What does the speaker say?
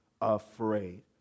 afraid